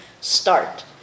start